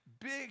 Big